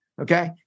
okay